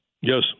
Yes